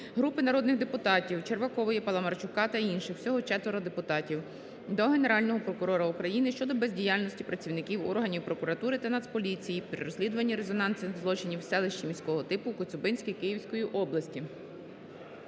Групи народних депутатів (Червакової, Паламарчука та інших; всього 4 депутатів) до Генерального прокурора України щодо бездіяльності працівників органів прокуратури та Нацполіції при розслідуванні резонансних злочинів в селищі міського типу Коцюбинське Київської області.